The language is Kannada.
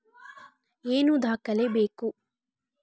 ಏನು ದಾಖಲೆ ಬೇಕು?